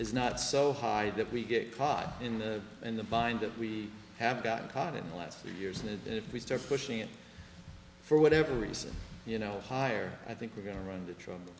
is not so high that we get caught in the in the bind that we have got caught in the last few years and if we start pushing it for whatever reason you know higher i think we're going to run into trouble